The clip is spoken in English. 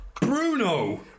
Bruno